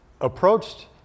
approached